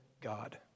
God